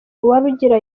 uwarugira